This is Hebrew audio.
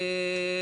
אוקיי.